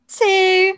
two